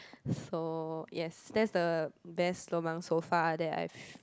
so yes that's the best lobang so far that I've